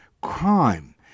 crime